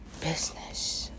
business